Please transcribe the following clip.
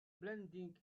blending